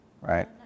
right